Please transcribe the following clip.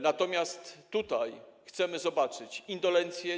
Natomiast tutaj chcemy zobaczyć tę indolencję.